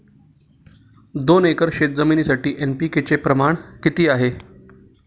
दोन एकर शेतजमिनीसाठी एन.पी.के चे प्रमाण किती आहे?